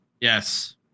Yes